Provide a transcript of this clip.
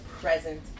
present